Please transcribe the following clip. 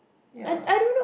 ya